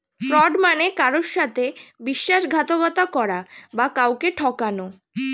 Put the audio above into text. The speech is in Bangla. ফ্রড মানে কারুর সাথে বিশ্বাসঘাতকতা করা বা কাউকে ঠকানো